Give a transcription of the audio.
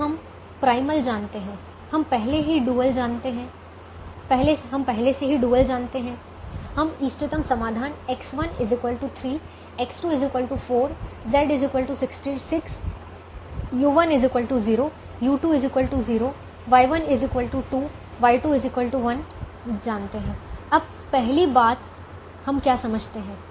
तो हम प्राइमल जानते हैं हम पहले से ही डुअल जानते हैं हम इष्टतम समाधान X1 3 X2 4 Z 66 u1 0 u2 0 Y1 2 Y2 1 जानते हैं अब पहली बात हम क्या समझते हैं